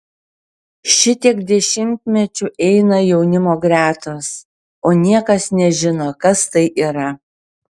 šitiek dešimtmečių eina jaunimo gretos o niekas nežino kas tai yra